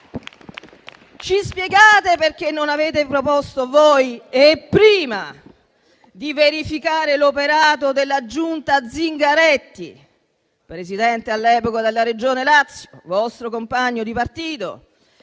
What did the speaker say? Ci spiegate perché non avete proposto voi e prima di verificare l'operato della Giunta Zingaretti, Presidente - all'epoca - della Regione Lazio, vostro compagno di partito,